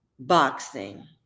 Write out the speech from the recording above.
boxing